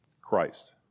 Christ